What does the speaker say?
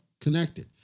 connected